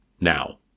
now